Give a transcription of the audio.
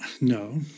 No